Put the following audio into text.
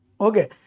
Okay